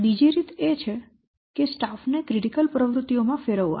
બીજી રીત એ છે કે સ્ટાફ ને ક્રિટિકલ પ્રવૃત્તિઓમાં ફેરવવાનો